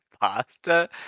pasta